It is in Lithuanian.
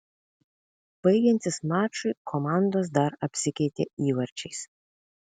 baigiantis mačui komandos dar apsikeitė įvarčiais